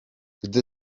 gdy